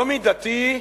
לא מידתי,